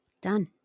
Done